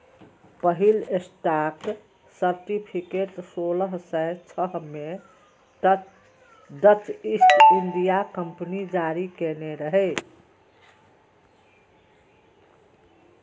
पहिल stock certificate सोलह सय छह मे डच ईस्ट इंडिया कंपनी जारी करने रहै